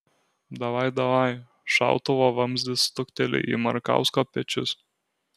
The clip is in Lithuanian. davaj davaj šautuvo vamzdis stukteli į markausko pečius